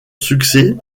succès